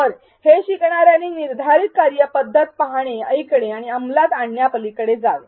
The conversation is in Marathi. तर हे शिकणार्यांनी निर्धारित कार्यपद्धती पाहणे ऐकणे आणि अंमलात आणण्यापलीकडे जावे